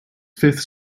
fifth